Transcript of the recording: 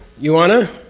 you want to?